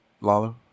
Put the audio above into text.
Lalo